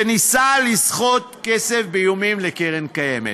שניסה לסחוט כסף באיומים לקרן קיימת,